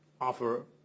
offer